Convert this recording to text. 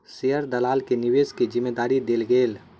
share दलाल के निवेश के जिम्मेदारी देल गेलै